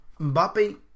Mbappe